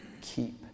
Keep